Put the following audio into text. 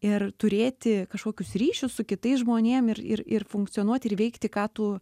ir turėti kažkokius ryšius su kitais žmonėm ir ir ir funkcionuot ir veikti ką tu